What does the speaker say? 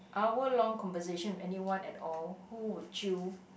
hour long conversation with anyone at all who would you